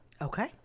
Okay